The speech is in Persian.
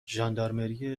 ژاندارمری